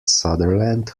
sutherland